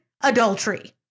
adultery